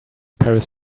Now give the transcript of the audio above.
paris